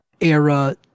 era